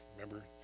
Remember